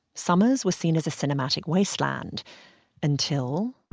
summers were seen as a cinematic wasteland until